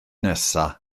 nesaf